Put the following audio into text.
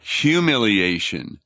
humiliation